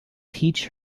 teach